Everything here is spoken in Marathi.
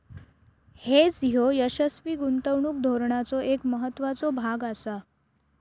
हेज ह्यो यशस्वी गुंतवणूक धोरणाचो एक महत्त्वाचो भाग आसा